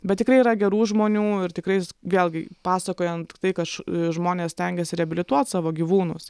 bet tikrai yra gerų žmonių ir tikrai vėlgi pasakojant tai kad žmonės stengiasi reabilituot savo gyvūnus